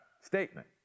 statement